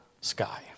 sky